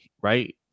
right